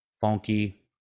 funky